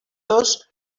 los